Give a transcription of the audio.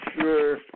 sure